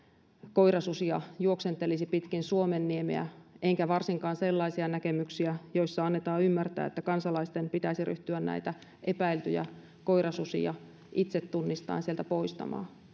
koirasusia juoksentelisi pitkin suomenniemeä enkä varsinkaan sellaisia näkemyksiä joissa annetaan ymmärtää että kansalaisten pitäisi ryhtyä näitä epäiltyjä koirasusia itse tunnistaen sieltä poistamaan